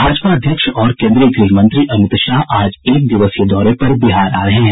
भाजपा अध्यक्ष और कोन्द्रीय गृह मंत्री अमित शाह आज एकदिवसीय दौरे पर बिहार आ रहे हैं